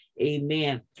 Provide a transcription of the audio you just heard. amen